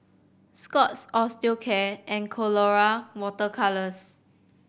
Scott's Osteocare and Colora Water Colours